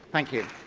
thank you.